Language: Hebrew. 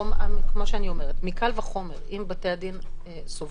מה שאני אומרת, מקל וחומר, אם בתי הדין סובלים,